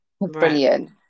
Brilliant